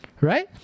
right